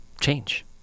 change